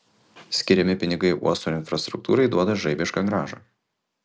skiriami pinigai uosto infrastruktūrai duoda žaibišką grąžą